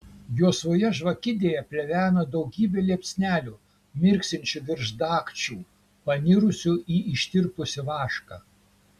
juosvoje žvakidėje pleveno daugybė liepsnelių mirksinčių virš dagčių panirusių į ištirpusį vašką